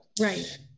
Right